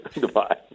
Goodbye